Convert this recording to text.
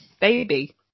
baby